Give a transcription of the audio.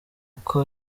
uko